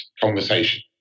conversation